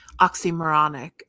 oxymoronic